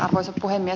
arvoisa puhemies